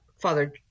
Father